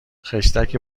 خشتک